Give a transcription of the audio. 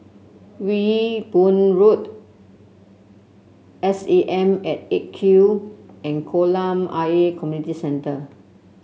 Ewe Boon Road S A M at Eight Q and Kolam Ayer Community Club